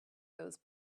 those